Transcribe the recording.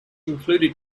included